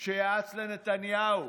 שיעץ לנתניהו,